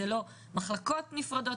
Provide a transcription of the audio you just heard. אלו לא מחלקות נפרדות,